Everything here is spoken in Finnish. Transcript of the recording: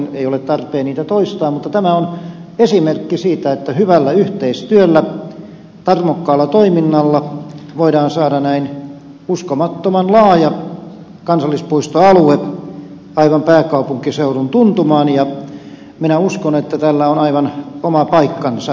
ei ole tarpeen niitä toistaa mutta tämä on esimerkki siitä että hyvällä yhteistyöllä tarmokkaalla toiminnalla voidaan saada näin uskomattoman laaja kansallispuistoalue aivan pääkaupunkiseudun tuntumaan ja minä uskon että tällä on aivan oma paikkansa